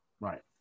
Right